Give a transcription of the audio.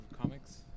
Comics